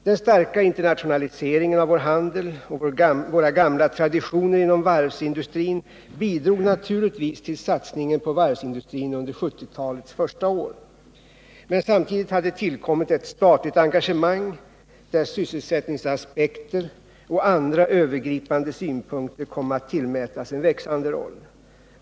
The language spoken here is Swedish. Den starka internationaliseringen av vår handel och våra gamla traditioner inom varvsindustrin bidrog naturligtvis till satsningen på varvsindustrin under 1970-talets första år. Men samtidigt hade tillkommit ett statligt engagemang, där sysselsättningsaspekter och andra övergripande synpunkter komatt tillmätas en växande roll.